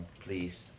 Please